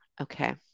Okay